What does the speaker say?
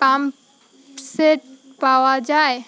Pump set পাওয়া যায়?